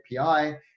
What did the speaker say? API